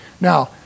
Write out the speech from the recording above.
Now